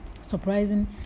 surprising